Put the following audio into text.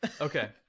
Okay